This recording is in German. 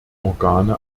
organe